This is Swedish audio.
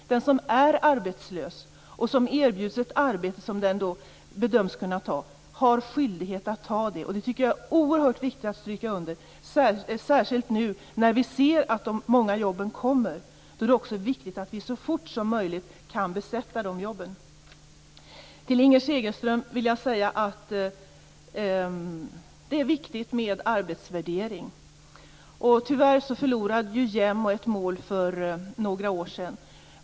Den som är arbetslös och som erbjuds ett arbete som den personen bedöms kunna ta har skyldighet att ta det. Det tycker jag är oerhört viktigt att stryka under, särskilt nu när vi ser att många jobb kommer och då det också är viktigt att vi så fort som möjligt kan besätta de jobben. Till Inger Segelström vill jag säga att det är viktigt med arbetsvärdering. Tyvärr förlorade JämO ett mål för några år sedan.